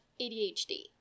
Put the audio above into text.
ADHD